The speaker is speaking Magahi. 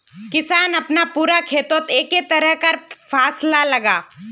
किसान अपना पूरा खेतोत एके तरह कार फासला लगाः